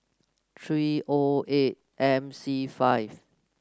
three O eight M C five